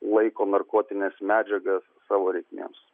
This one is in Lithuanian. laiko narkotines medžiagas savo reikmėms